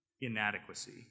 inadequacy